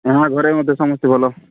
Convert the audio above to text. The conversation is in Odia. ହଁ ଘରେ ମଧ୍ୟ ସମସ୍ତେ ଭଲ